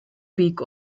peak